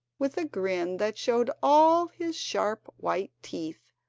with a grin that showed all his sharp white teeth,